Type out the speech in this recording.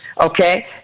Okay